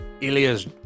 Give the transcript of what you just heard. Ilya's